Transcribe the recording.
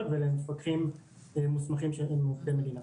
ולמפקחים מוסמכים שהם עובדי מדינה.